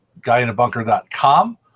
guyinabunker.com